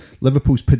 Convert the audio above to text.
Liverpool's